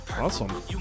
Awesome